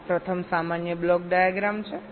આ પ્રથમ સામાન્ય બ્લોક ડાયાગ્રામ છે